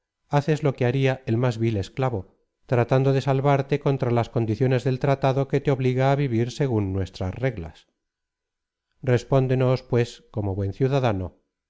haces lo que baria el más vil esclavo tratando de salvante contra las condiciones del tratado que te obliga á vivir según nuestras re r glas respóndenos pues como buen ciudadano